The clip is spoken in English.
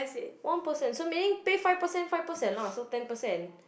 one percent so meaning pay five percent five percent lah so ten percent